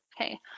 Okay